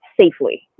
safely